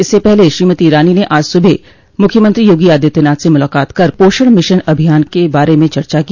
इससे पहले श्रीमती ईरानी ने आज सुबह मुख्यमंत्री योगी आदित्यनाथ से मुलाकात कर पोषण मिशन अभियान के बारे में चर्चा की